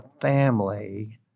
family